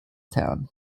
town